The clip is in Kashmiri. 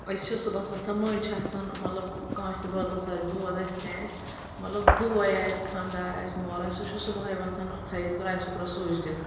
أسۍ چھِ صُبحس وۅتھان مٔنٛزۍ چھُ آسان مطلب کٲنٛسہِ بٲژس آسہِ دود آسہِ کیٚنٛہہ آسہِ مطلب بوے آسہِ خانٛدار آسہِ مول آسہِ سُہ چھُ صُبحٲے وۅتھان تھاوِس رایس کُکرس سُچ دِتھ